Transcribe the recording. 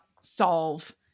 solve